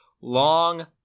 long